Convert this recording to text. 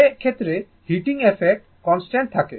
যে ক্ষেত্রে heating effect constant থাকে